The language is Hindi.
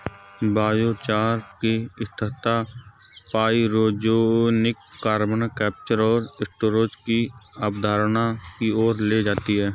बायोचार की स्थिरता पाइरोजेनिक कार्बन कैप्चर और स्टोरेज की अवधारणा की ओर ले जाती है